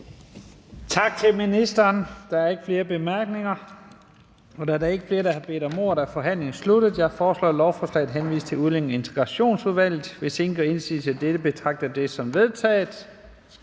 transportministeren. Der var ikke nogen korte bemærkninger. Da der ikke er flere, der har bedt om ordet, er forhandlingen sluttet. Jeg foreslår, at lovforslaget henvises til Transportudvalget. Hvis ingen gør indsigelse, betragter jeg dette som vedtaget.